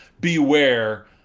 beware